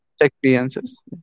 experiences